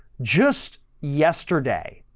just yesterday,